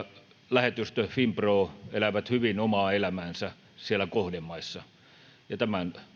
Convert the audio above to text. lähetystö ja finpro elävät hyvin omaa elämäänsä siellä kohdemaissa että tämän